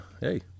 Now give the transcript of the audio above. Hey